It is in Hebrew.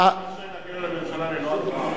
הדיון, אני מתקשה להגן על הממשלה ללא התרעה.